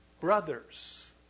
brothers